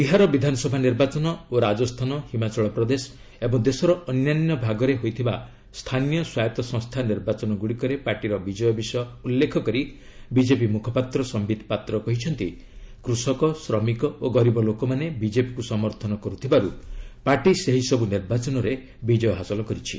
ବିହାର ବିଧାନସଭା ନିର୍ବାଚନ ଓ ରାଜସ୍ଥାନ ହିମାଚଳ ପ୍ରଦେଶ ଏବଂ ଦେଶର ଅନ୍ୟାନ୍ୟ ଭାଗରେ ହୋଇଥିବା ସ୍ଥାନୀୟ ସ୍ପାୟତ ସଂସ୍ଥା ନିର୍ବାଚନ ଗୁଡ଼ିକରେ ପାର୍ଟିର ବିଜୟ ବିଷୟ ଉଲ୍ଲେଖ କରି ବିଜେପି ମୁଖପାତ୍ର ସମ୍ଭିତ ପାତ୍ର କହିଛନ୍ତି କୃଷକ ଶ୍ରମିକ ଓ ଗରିବ ଲୋକମାନେ ବିଜେପିକୁ ସମର୍ଥନ କରୁଥିବାରୁ ପାର୍ଟି ଏହିସବୁ ନିର୍ବାଚନରେ ବିଜୟ ହାସଲ କରିଛି